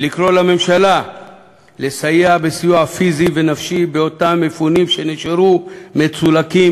ולקרוא לממשלה לסייע בסיוע פיזי ונפשי לאותם מפונים שנשארו מצולקים,